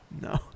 No